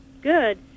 Good